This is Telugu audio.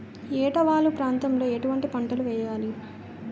ఏటా వాలు ప్రాంతం లో ఎటువంటి పంటలు వేయాలి?